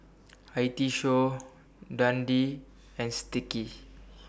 I T Show Dundee and Sticky